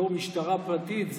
בתור משטרה פרטית,